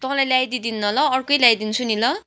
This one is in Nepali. तँलाई ल्याई दिदिनँ ल अर्को ल्याइदिन्छु नि ल